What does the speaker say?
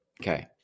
Okay